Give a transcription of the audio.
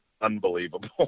unbelievable